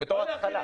בתור התחלה.